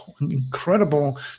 incredible